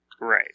Right